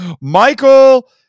michael